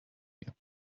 mir